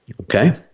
okay